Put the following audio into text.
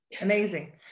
amazing